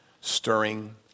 stirring